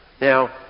Now